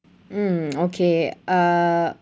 mm okay uh